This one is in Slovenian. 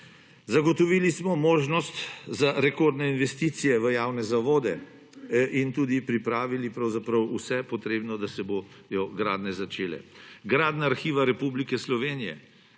Zagotovili smo možnost za rekordne investicije v javne zavode in tudi pripravili pravzaprav vse potrebno, da se bodo gradnje začele. Gradnja Arhiva Republike Slovenije,